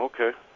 Okay